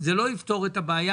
לא יפתור את הבעיה